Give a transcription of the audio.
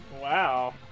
Wow